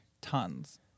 Tons